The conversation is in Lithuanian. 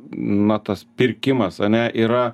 na tas pirkimas ane yra